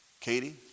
Katie